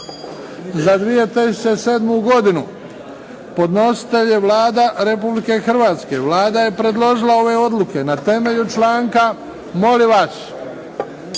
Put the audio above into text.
za 2007. godinu. Podnositelj je Vlada Republike Hrvatske. Vlada je predložila ove odluke na temelju članka. Molim vas.